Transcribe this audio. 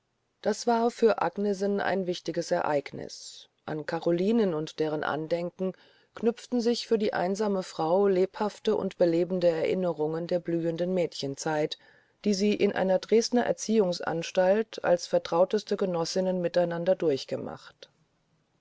das war für agnesen ein wichtiges ereigniß an carolinen und deren andenken knüpften sich für die einsame frau lebhafte und belebende erinnerungen der blühenden mädchenzeit die sie in einer dresdner erziehungsanstalt als vertrauteste genossinnen miteinander durchgemacht